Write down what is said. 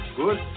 good